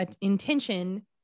intention